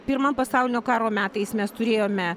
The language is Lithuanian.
pirmam pasaulinio karo metais mes turėjome